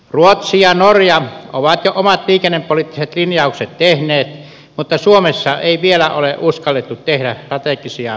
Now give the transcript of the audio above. ruotsi ja norja ovat jo omat liikennepoliittiset linjauksensa tehneet mutta suomessa ei vielä ole uskallettu tehdä strategisia linjauksia